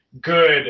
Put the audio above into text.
good